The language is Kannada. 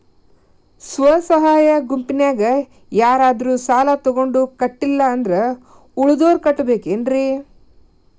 ಸ್ವ ಸಹಾಯ ಗುಂಪಿನ್ಯಾಗ ಯಾರಾದ್ರೂ ಸಾಲ ತಗೊಂಡು ಕಟ್ಟಿಲ್ಲ ಅಂದ್ರ ಉಳದೋರ್ ಕಟ್ಟಬೇಕೇನ್ರಿ?